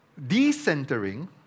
Decentering